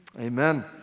Amen